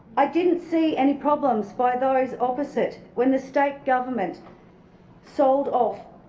i didn't see any problems by those opposite when the state government sold off